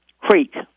Creek